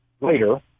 later